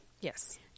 Yes